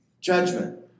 Judgment